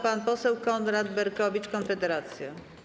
Pan poseł Konrad Berkowicz, Konfederacja.